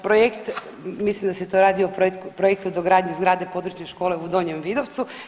Ovoga projekt, mislim da se to radi o projektu dogradnje zgrade područne škole u Donjem Vidovcu.